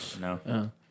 No